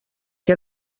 que